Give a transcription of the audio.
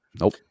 Nope